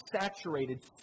saturated